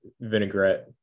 vinaigrette